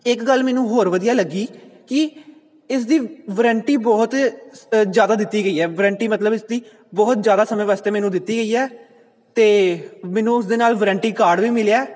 ਇੱਕ ਗੱਲ ਮੈਨੂੰ ਹੋਰ ਵਧੀਆ ਲੱਗੀ ਕਿ ਇਸਦੀ ਵਰੰਟੀ ਬਹੁਤ ਅ ਜ਼ਿਆਦਾ ਦਿੱਤੀ ਗਈ ਹੈ ਵਰੰਟੀ ਮਤਲਬ ਇਸ ਦੀ ਬਹੁਤ ਜ਼ਿਆਦਾ ਸਮੇਂ ਵਾਸਤੇ ਮੈਨੂੰ ਦਿੱਤੀ ਗਈ ਹੈ ਅਤੇ ਮੈਨੂੰ ਉਸ ਦੇ ਨਾਲ ਵਾਰੰਟੀ ਕਾਰਡ ਵੀ ਮਿਲਿਆ